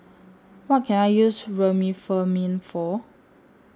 What Can I use Remifemin For